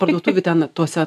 parduotuvių ten tuose